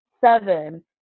Seven